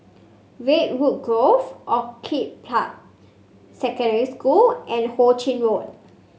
Redwood Grove Orchid Park Secondary School and Ho Ching Road